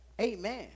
Amen